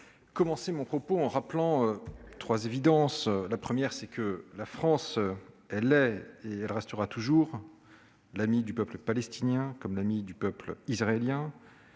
commencer mon propos en rappelant trois évidences. Premièrement, la France est et restera toujours l'amie du peuple palestinien comme l'amie du peuple israélien.